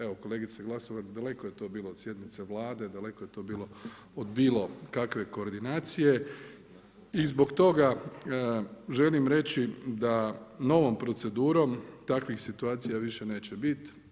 Evo kolegice Glasovac daleko je to bilo od sjednice Vlade, daleko je to bilo od bilo kakve koordinacije i zbog toga želim reći da novom procedurom takvih situacija više neće biti.